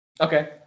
Okay